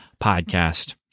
podcast